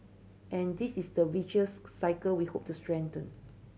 and this is the virtuous cycle we hope to strengthen